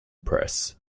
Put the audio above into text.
press